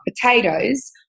potatoes